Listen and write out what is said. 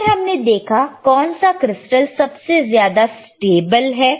फिर हमने देखा कौन सा क्रिस्टल सबसे ज्यादा स्टेबल है